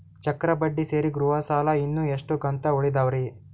ಚಕ್ರ ಬಡ್ಡಿ ಸೇರಿ ಗೃಹ ಸಾಲ ಇನ್ನು ಎಷ್ಟ ಕಂತ ಉಳಿದಾವರಿ?